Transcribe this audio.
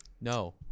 no